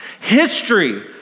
History